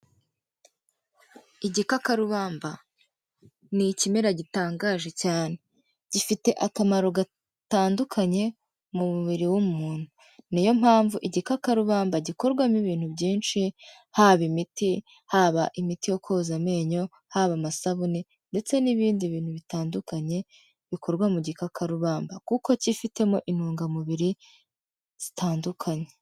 Igikakarubamba ni ikimera gitangaje cyane. Gifite akamaro gatandukanye mu mubiri w'umuntu. Ni yo mpamvu igikakarubamba gikorwamo ibintu byinshi, haba imiti, haba imiti yo koza amenyo, haba amasabune ndetse n'ibindi bintu bitandukanye bikorwa mu gikakarubamba, kuko cyifitemo intungamubiri zitandukanye.